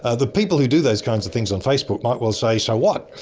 ah the people who do those kinds of things on facebook might well say, so what?